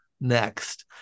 next